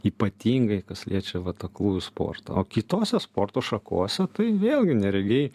ypatingai kas liečia vat aklųjų sportą o kitose sporto šakose tai vėlgi neregiai